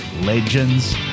legends